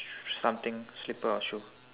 something slipper or shoe